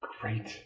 Great